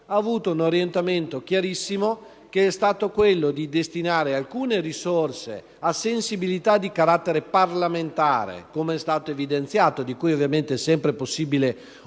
ha avuto un orientamento chiarissimo, che è stato quello di destinare alcune risorse a sensibilità di carattere parlamentare, come è stato evidenziato. Su di esse ovviamente è sempre possibile opinare,